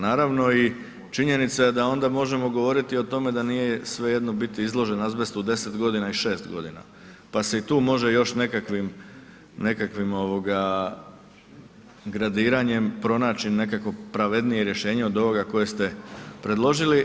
Naravno i činjenica je da onda možemo govoriti o tome da nije svejedno biti izložen azbestu deset godina i šest godina pa se i tu može još nekakvim gradiranjem pronaći nekakvo pravednije rješenje od ovoga koje ste predložili.